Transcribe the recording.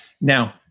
Now